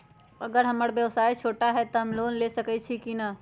अगर हमर व्यवसाय छोटा है त हम लोन ले सकईछी की न?